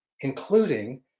including